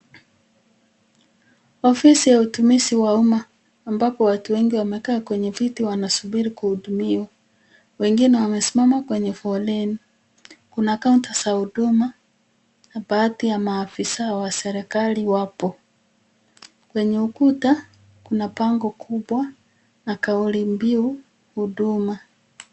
Ofisi wa hutumizi wa umma ambapo watu wengi wamekaa kwenye viti wanasubiri kuhudumiwa, wengine wamesimama kwenye foleni. Kuna kaunta za huduma na baadhi ya maafisa wa serikali wapo. Kwenye ukuta kuna bango kubwa na kauli biu Huduma.